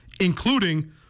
including